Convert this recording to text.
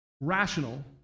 rational